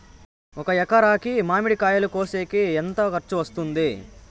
ఒక ఎకరాకి మామిడి కాయలు కోసేకి ఎంత ఖర్చు వస్తుంది?